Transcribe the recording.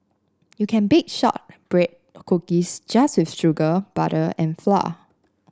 you can bake shortbread cookies just with sugar butter and flour